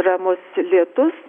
ramus lietus